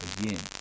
Again